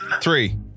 Three